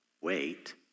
wait